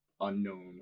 unknown